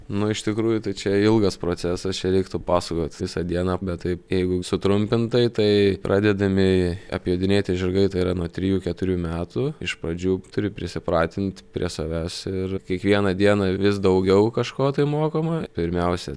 nu iš tikrųjų tai čia ilgas procesas čia reiktų pasakot visą dieną bet taip jeigu sutrumpintai tai pradedami apjodinėti žirgai tai yra nuo trijų keturių metų iš pradžių turi prisipratint prie savęs ir kiekvieną dieną vis daugiau kažko tai mokoma pirmiausia